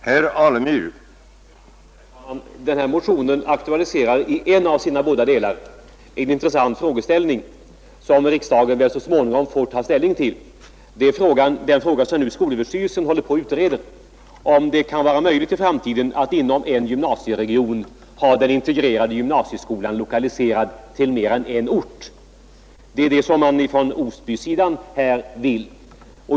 Herr talman! Motionen 685 aktualiserar i en av sina båda delar en intressant frågeställning, som riksdagen väl så småningom får ta ställning till. Det är den fråga som skolöverstyrelsen nu håller på att utreda, om det i framtiden kan vara möjligt att inom en gymnasieregion ha den integrerade gymnasieskolan lokaliserad till mer än en ort. Det är vad man från Osbysidan vill.